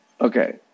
Okay